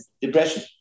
depression